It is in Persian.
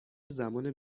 زمان